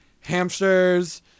hamsters